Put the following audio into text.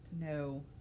No